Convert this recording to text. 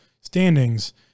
standings